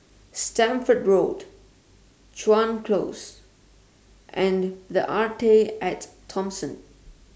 Stamford Road Chuan Close and The Arte At Thomson